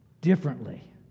differently